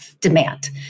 demand